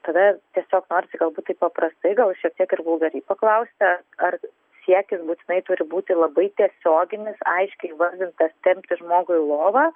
tada tiesiog norisi galbūt taip paprastai gal šiek tiek ir vulgariai paklausti ar siekis būtinai turi būti labai tiesioginis aiškiai va viskas tempti žmogų į lovą